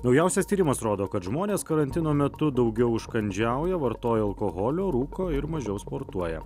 naujausias tyrimas rodo kad žmonės karantino metu daugiau užkandžiauja vartoja alkoholio rūko ir mažiau sportuoja